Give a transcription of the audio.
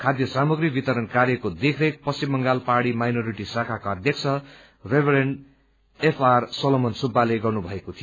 खाद्य सामग्री वितरण कार्यको देखरेख पश्चिम बंगाल पहाड़ी माइनोरिटी शाखाका अध्यक्ष रेभरेन्ट एफआर सोलोमन सुब्बाले गर्नुभएको थियो